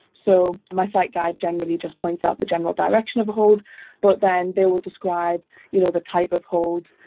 so, my sight guide generally just points out the general direction of a hold but then they will describe you know the type of hold,